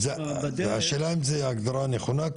השאלה אם זו ההגדרה הנכונה,